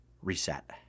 reset